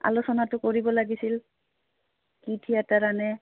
আলোচনাটো কৰিব লাগিছিল কি থিয়েটাৰ আনে